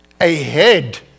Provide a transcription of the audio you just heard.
ahead